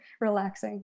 relaxing